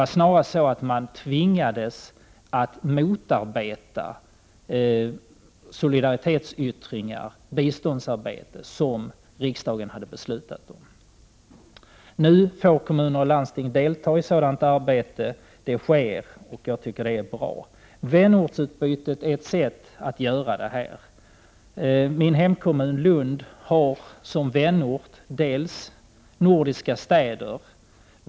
Man snarare tvingades att motarbeta solidaritetsyttringar och biståndsarbete som riksdagen hade beslutat om. Nu får kommuner och landsting delta i sådant arbete. Detta sker, och jag tycker att det är bra. Vänortsutbytet är ett sätt att utföra detta arbete. Min hemkommun Lund har nordiska städer som vänorter.